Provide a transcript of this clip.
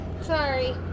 Sorry